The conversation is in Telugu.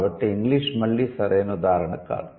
కాబట్టి ఇంగ్లీష్ మళ్ళీ సరైన ఉదాహరణ కాదు